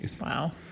Wow